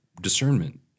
discernment